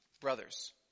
Brothers